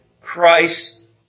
Christ